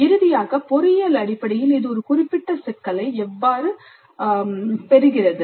இறுதியாக பொறியியல் அடிப்படையில் இது ஒரு குறிப்பிட்ட சிக்கலை எவ்வாறு பெறுகிறது